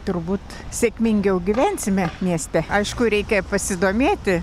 turbūt sėkmingiau gyvensime mieste aišku reikia pasidomėti